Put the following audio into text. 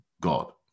God